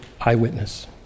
eyewitness